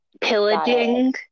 Pillaging